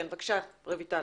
כן, בבקשה, רויטל.